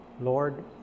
Lord